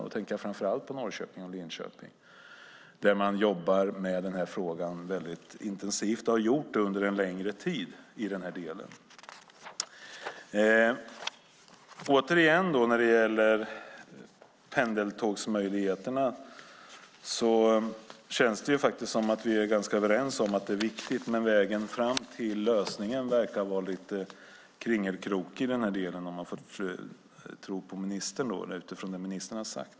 Jag tänker framför allt på Norrköping och Linköping där man jobbar väldigt intensivt med den här frågan och har gjort under en längre tid. När det gäller pendeltågsmöjligheterna känns det som att vi är ganska överens om att det är viktigt, men utifrån vad ministern har sagt verkar vägen fram till lösningen vara lite kringelikrokig.